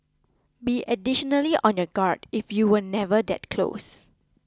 be additionally on your guard if you were never that close